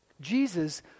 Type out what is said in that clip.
Jesus